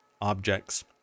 objects